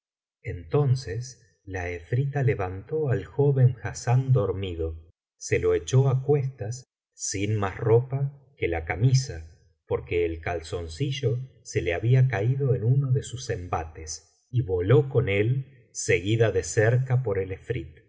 entonces la efrita levantó al joven hassán dormido se lo echó á cuestas sin más ropa que la camisa porque el calzoncillo se le había caído en uno de sus embates y voló con él seguida de cerca por el